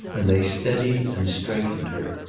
and they steadied and strengthened her.